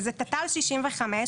וזה תת"ל 65,